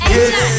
Yes